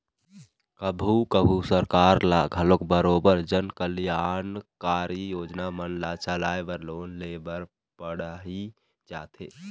कभू कभू सरकार ल घलोक बरोबर जनकल्यानकारी योजना मन ल चलाय बर लोन ले बर पड़ही जाथे